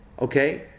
okay